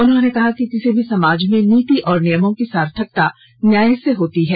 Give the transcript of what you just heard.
उन्होंने कहा कि किसी भी समाज में नीति और नियमों की सार्थकता न्याय से होती है